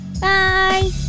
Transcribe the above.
Bye